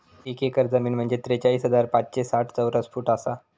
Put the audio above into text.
एक एकर जमीन म्हंजे त्रेचाळीस हजार पाचशे साठ चौरस फूट आसा